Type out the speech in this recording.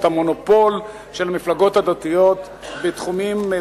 את המונופול של המפלגות הדתיות בתחומי